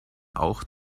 auch